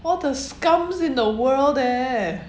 all the scums in the world eh